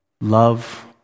Love